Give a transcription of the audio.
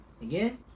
again